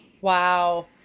Wow